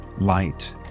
light